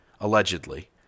allegedly